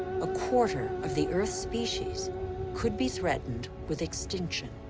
a quarter of the earth's species could be threatened with extinction.